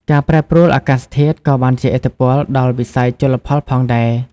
ការប្រែប្រួលអាកាសធាតុក៏បានជះឥទ្ធិពលដល់វិស័យជលផលផងដែរ។